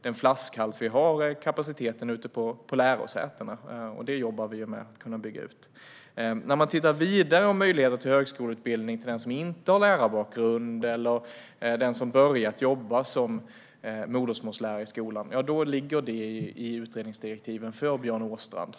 Den flaskhals vi har är kapaciteten ute på lärosätena, och den jobbar vi med att bygga ut. Att titta på vidare möjligheter till högskoleutbildning för den som inte har lärarbakgrund eller den som börjat jobba som modersmålslärare i skolan ligger i utredningsdirektiven för Björn Åstrand.